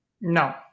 no